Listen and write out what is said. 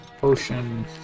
potion